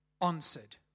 answered